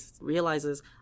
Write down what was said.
realizes